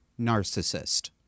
narcissist